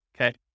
okay